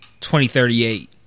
2038